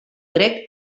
grec